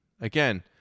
again